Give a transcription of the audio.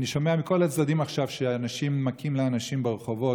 אני שומע מכל הצדדים עכשיו שאנשים מכים אנשים ברחובות.